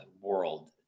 world